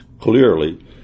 clearly